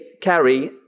carry